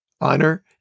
Honor